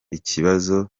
ikibazo